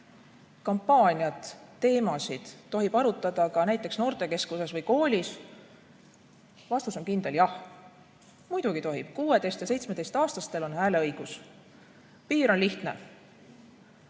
kampaaniat, teemasid tohib arutada ka näiteks noortekeskuses või koolis, on kindel jah. Muidugi tohib. 16- ja 17-aastastel on hääleõigus. Piir on lihtne: